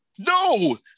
No